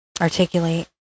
articulate